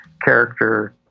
character